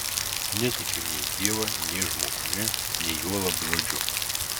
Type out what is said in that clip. netikiu nei dievą nei žmogumi nei juolab žodžiu